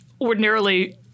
ordinarily